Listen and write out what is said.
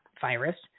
virus